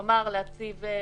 כלומר, להציב מחסומים,